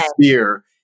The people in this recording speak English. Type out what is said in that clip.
fear